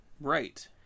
right